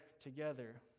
together